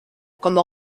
como